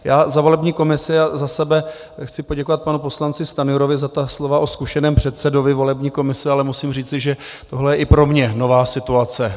Já za volební komisi a za sebe chci poděkovat panu poslanci Stanjurovi za ta slova o zkušeném předsedovi volební komise, ale musím říci, že tohle je i pro mě nová situace.